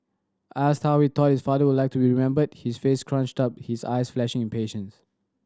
asked how we thought his father would like to be remembered his face scrunched up his eyes flashing impatience